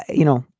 you know,